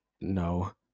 no